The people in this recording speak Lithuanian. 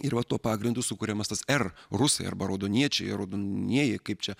ir vat tuo pagrindu sukuriamas tas r rusai arba raudoniečiai raudonieji kaip čia